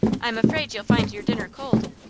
i am afraid you'll find your dinner cold.